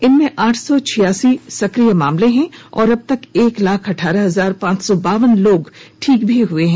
इनमें आठ सौ छियासी सक्रिय केस हैं जबकि अब तक एक लाख अठारह हजार पांच सौ बावन लोग ठीक हुए हैं